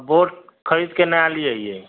board खरीद के नया ली अइयै